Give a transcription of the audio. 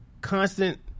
constant